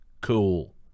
cool